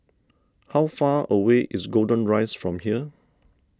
how far away is Golden Rise from here